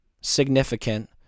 significant